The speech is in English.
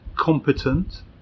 competent